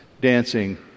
dancing